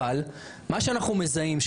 אבל מה שאנחנו מזהים,